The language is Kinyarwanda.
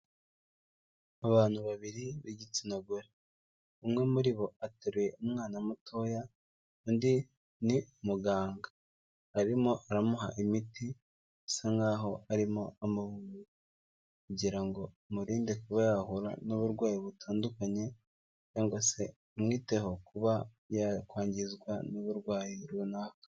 Abantu babiri b'igitsina gore, umwe muri bo ateruye umwana mutoya, undi ni umuganga arimo aramuha imiti asa nkaho arimo amavura kugira ngo amurinde kuba yahura n'uburwayi butandukanye cyangwa se umwiteho kuba yakwangizwa n'uburwayi runaka.